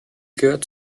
gehört